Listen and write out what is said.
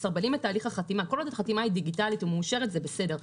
כל עוד החתימה דיגיטלית ומאושרת זה בסדר.